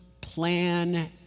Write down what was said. plan